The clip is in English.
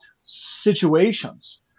situations